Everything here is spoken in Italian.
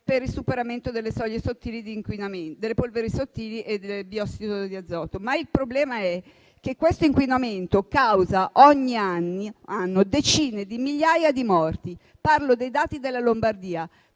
di inquinamento delle polveri sottili e del biossido di azoto. Il problema però è che questo inquinamento causa ogni anno decine di migliaia di morti. Parlo dei dati della Lombardia: